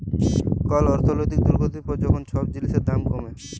call অর্থলৈতিক দুর্গতির পর যখল ছব জিলিসের দাম কমে